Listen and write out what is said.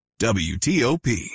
WTOP